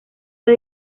fue